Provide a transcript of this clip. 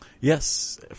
Yes